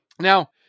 Now